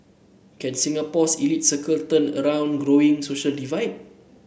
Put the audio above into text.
can Singapore's elite circle turn around growing social divide